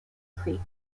creek